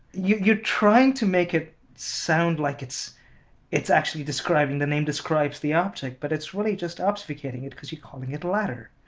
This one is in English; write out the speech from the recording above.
you're you're trying to make it sound like it's it's actually describing, the name describes the object but it's really just obfuscating because you're calling it ladder!